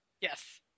Yes